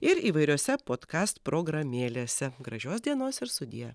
ir įvairiose potkast programėlėse gražios dienos ir sudie